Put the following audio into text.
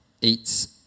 eats